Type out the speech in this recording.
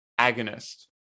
agonist